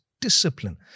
discipline